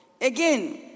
Again